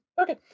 Okay